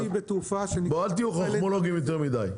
אל תהיו חכמולוגים יותר מדי.